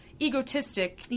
egotistic